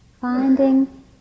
Finding